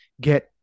get